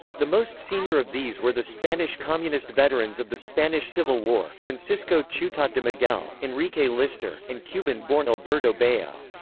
the most senior of these were the spanish communist veterans of the spanish civil war, francisco ciutat de miguel, enrique lister, and cuban-born alberto bayo.